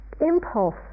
impulse